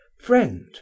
friend